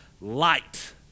light